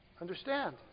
Understand